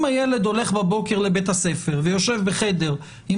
אם הילד הולך בבוקר לבית הספר ויושב בחדר עם